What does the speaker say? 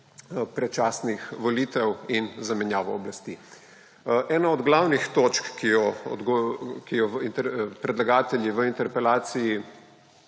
predčasnih volitev in zamenjavo oblasti. Ena glavnih točk, ki jo predlagatelji v interpelaciji